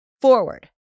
forward